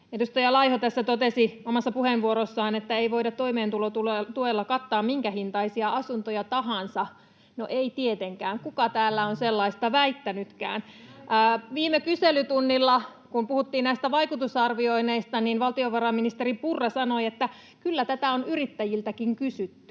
Edustaja Laiho tässä totesi omassa puheenvuorossaan, että ei voida toimeentulotuella kattaa minkähintaisia asuntoja tahansa. No, ei tietenkään — kuka täällä on sellaista väittänytkään? Viime kyselytunnilla, kun puhuttiin näistä vaikutusarvioinneista, valtiovarainministeri Purra sanoi, että kyllä tätä on yrittäjiltäkin kysytty.